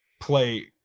play